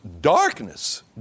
darkness